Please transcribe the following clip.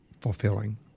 fulfilling